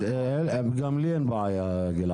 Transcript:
גם לי אין בעיה.